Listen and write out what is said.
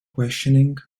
questioning